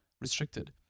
restricted